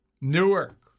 Newark